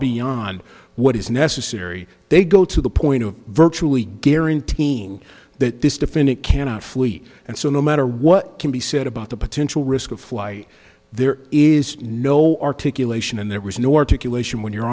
beyond what is necessary they go to the point of virtually guaranteeing that this defendant cannot flee and so no matter what can be said about the potential risk of flight there is no articulation and there was no articulation